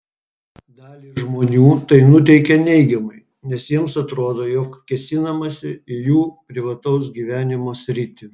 dalį žmonių tai nuteikia neigiamai nes jiems atrodo jog kėsinamasi į jų privataus gyvenimo sritį